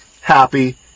happy